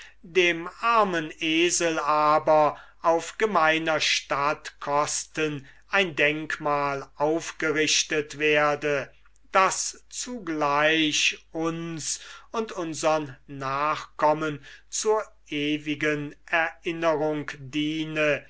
dem armen esel aber auf gemeiner stadt kosten ein denkmal aufgerichtet werde das zugleich uns und unsern nachkommen zur ewigen erinnerung diene